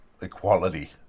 equality